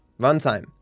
runtime